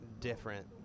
different